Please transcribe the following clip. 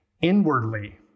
inwardly